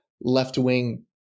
left-wing